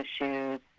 issues